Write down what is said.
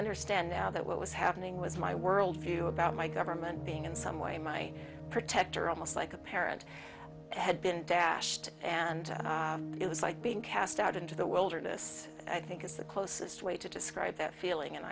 understand now that what was happening was my world view about my government being in some way my protector almost like a parent had been dashed and it was like being cast out into the wilderness i think is the closest way to describe that feeling and